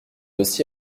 aussi